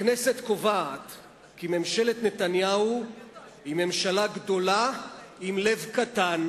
הכנסת קובעת כי ממשלת נתניהו היא ממשלה גדולה עם לב קטן.